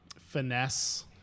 finesse